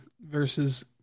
versus –